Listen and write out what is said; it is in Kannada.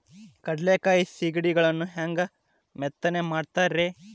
ಕಡಲೆಕಾಯಿ ಸಿಗಡಿಗಳನ್ನು ಹ್ಯಾಂಗ ಮೆತ್ತನೆ ಮಾಡ್ತಾರ ರೇ?